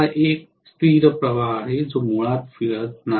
हा एक स्थिर प्रवाह आहे जो मुळात फिरत नाही